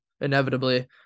Inevitably